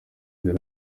des